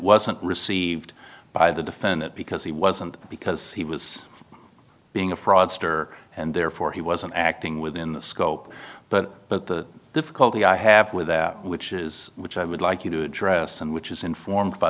wasn't received by the defendant because he wasn't because he was being a fraudster and therefore he wasn't acting within the scope but but the difficulty i have with that which is which i would like you to address which is informed by